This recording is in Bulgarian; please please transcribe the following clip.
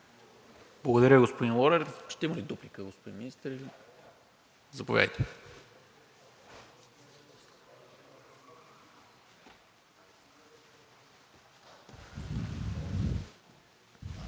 Благодаря, господин Лорер. Ще има ли дуплика, господин Министър? Заповядайте.